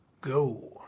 go